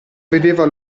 vedeva